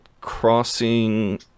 Crossing